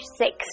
six